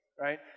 right